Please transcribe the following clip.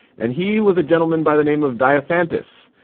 and he was a gentleman by the name of diophantus,